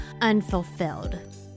unfulfilled